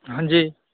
जी